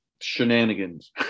shenanigans